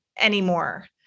anymore